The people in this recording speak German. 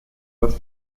das